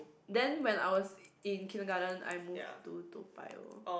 then when I was in kindergarten I move to Toa-Payoh